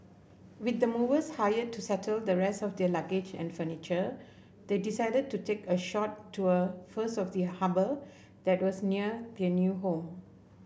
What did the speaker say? with the movers hired to settle the rest of their luggage and furniture they decided to take a short tour first of the harbour that was near their new home